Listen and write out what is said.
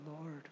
Lord